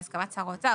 בהסכמת שר האוצר,